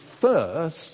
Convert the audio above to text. first